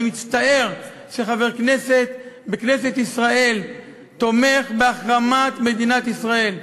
אני מצטער שחבר כנסת בכנסת ישראל תומך בהחרמת מדינת ישראל.